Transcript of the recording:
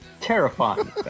Terrifying